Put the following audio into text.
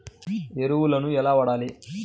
ఎరువులను ఎలా వాడాలి?